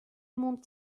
monde